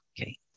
Okay